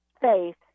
faith